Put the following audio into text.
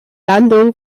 landung